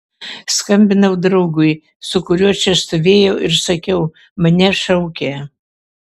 skambinau draugui su kuriuo čia stovėjau ir sakiau mane šaukia